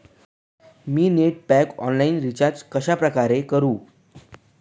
मी net pack online recharge कशाप्रकारे करु?